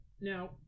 Now